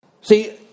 See